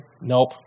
Nope